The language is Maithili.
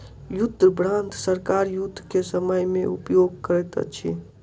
युद्ध बांड सरकार युद्ध के समय में उपयोग करैत अछि